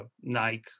Nike